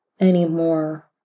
anymore